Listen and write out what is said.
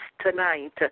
tonight